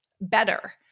better